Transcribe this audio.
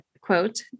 Quote